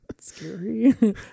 scary